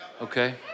Okay